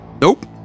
nope